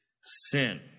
sin